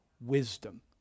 wisdom